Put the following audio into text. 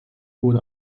wurde